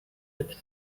and